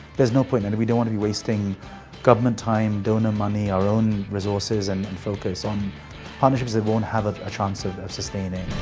there's no point and we don't want to be wasting government time, donor money, our own resources and and focus on partnerships that won't have a chance of sustaining.